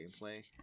gameplay